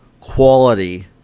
quality